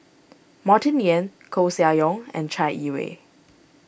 Martin Yan Koeh Sia Yong and Chai Yee Wei